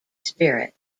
spirit